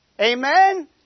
Amen